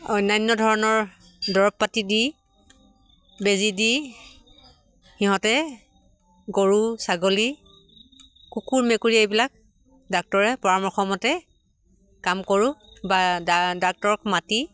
অন্যান্য ধৰণৰ দৰৱ পাতি দি বেজি দি সিহঁতে গৰু ছাগলী কুকুৰ মেকুৰী এইবিলাক ডাক্তৰে পৰামৰ্শ মতে কাম কৰোঁ বা ডাক্তৰক মাতি